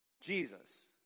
Jesus